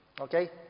Okay